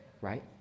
right